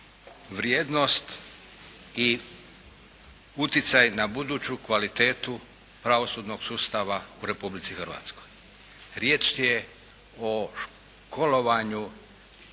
vrijednost i uticaj na buduću kvalitetu pravosudnog sustava u Republici Hrvatskoj. Riječ je o školovanju